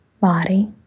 body